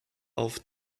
auf